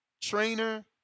trainer